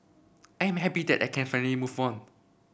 I am happy that I can finally move on